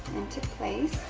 into place.